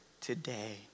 today